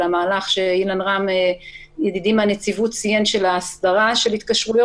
המהלך שאילן רם מהנציבות ציין של ההסדרה של התקשרויות